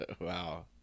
wow